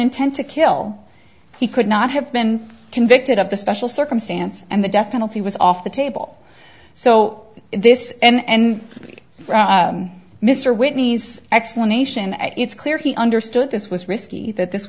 intent to kill he could not have been convicted of the special circumstance and the death penalty was off the table so in this end mr whitney's explanation it's clear he understood this was risky that this